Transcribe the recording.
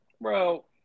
Bro